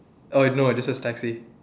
oh no it just says taxi